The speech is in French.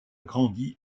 grandi